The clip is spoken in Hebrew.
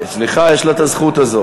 סליחה, יש לה הזכות הזו.